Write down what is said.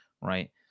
Right